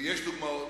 ויש דוגמאות,